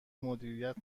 مدیریت